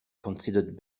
considered